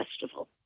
Festival